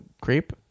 creep